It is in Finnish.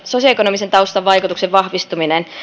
sosioekonomisen taustan vaikutuksen vahvistumisessa